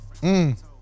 Mmm